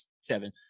seven